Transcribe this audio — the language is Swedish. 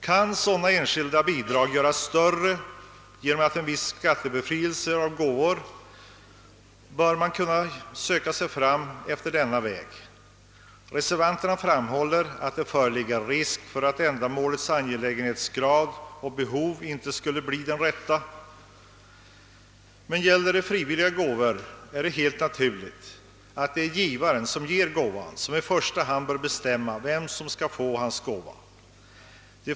Kan sådana enskilda bidrag göras större genom en viss skattebefrielse för gåvor, bör man kunna söka sig fram efter denna väg. Reservanterna framhåller att det föreligger risk för att bidragen »inte alltid skulle rätta sig efter ända målets angelägenhetsgrad och behovets storlek». Gäller det frivilliga gåvor är det dock helt naturligt att i första hand givaren bör bestämma vem som skall få hans gåva.